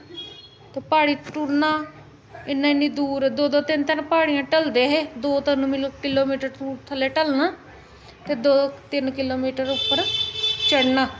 ते प्हाड़ी उप्पर टूरना इ'न्नी इ'न्नी दूर दो दो तिन्न तिन्न प्हाड़ियां ढलदे हे दो तिन्न किलोमीटर थ'ल्ले ढलना ते दो तिन्न किलोमीटर उप्पर चढ़ना